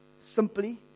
simply